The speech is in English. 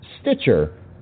Stitcher